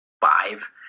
five